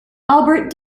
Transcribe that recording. albert